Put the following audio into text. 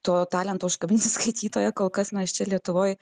to talento užkabinti skaitytoją kol kas mes čia lietuvoj